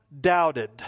doubted